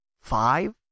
five